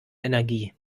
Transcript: energie